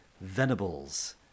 venables